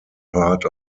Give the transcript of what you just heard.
part